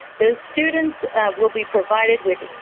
the students will be provided with,